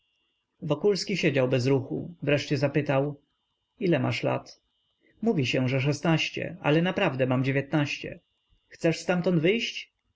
wokulski siedział bez ruchu wreszcie zapytał ile masz lat mówi się że szesnaście ale naprawdę mam dziewiętnaście chcesz ztamtąd wyjść